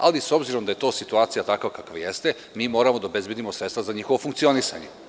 Ali, s obzirom da je to situacija takva kakva jeste, mi moramo da obezbedimo sredstva za njihovo funkcionisanje.